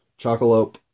Chocolope